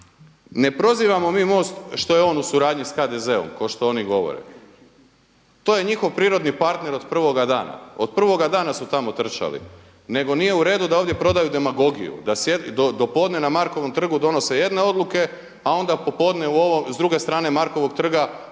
Ne prozivamo mi MOST što je on u suradnji sa HDZ-om ko što oni govore. To je njihov prirodni partner od prvoga dana. Od prvoga dana su tamo trčali. Nego nije uredu da ovdje prodaju demagogiju do podne na Markovom trgu donose jedne odluke, a onda popodne s druge strane Markovog trga glume